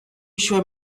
should